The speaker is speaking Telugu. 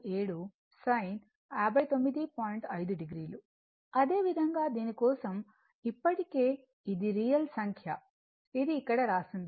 5o అదేవిధంగా దీని కోసం ఇప్పటికే ఇది రియల్ సంఖ్య ఇది ఇక్కడ రాసుంది